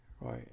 right